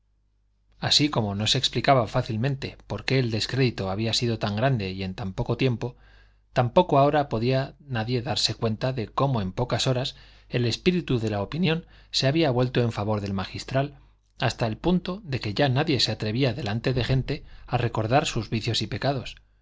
así como no se explicaba fácilmente por qué el descrédito había sido tan grande y en tan poco tiempo tampoco ahora podía nadie darse cuenta de cómo en pocas horas el espíritu de la opinión se había vuelto en favor del magistral hasta el punto de que ya nadie se atrevía delante de gente a recordar sus vicios y pecados